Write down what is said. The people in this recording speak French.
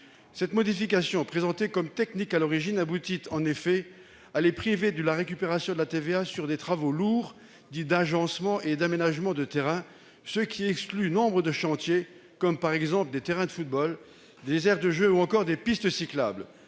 Cette modification, présentée comme technique à l'origine, aboutit en effet à les priver de la récupération de la TVA sur des travaux lourds dits « d'agencement et d'aménagement de terrains », ce qui exclut nombre de chantiers, comme des terrains de football, des aires de jeu ou encore des pistes cyclables.